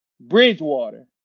Bridgewater